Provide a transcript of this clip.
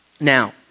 Now